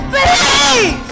Believe